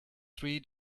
three